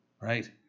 Right